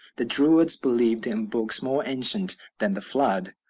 the druids believed in books more ancient than the flood.